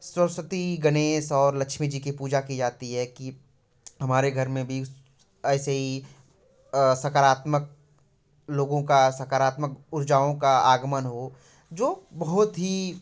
सरस्वती गनेश और लक्ष्मी जी की पूजा की जाती है कि हमारे घर में भी ऐसे ही सकारात्मक लोगों का सकारात्मक ऊर्जाओं का आगमन हो जो बहुत ही